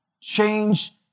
change